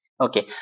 okay